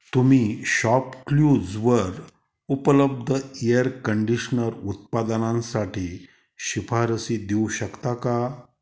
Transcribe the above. तुम्ही शॉपक्लूजवर उपलब्ध एअर कंडिशनर उत्पादनांसाठी शिफारसी देऊ शकता का